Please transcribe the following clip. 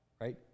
Right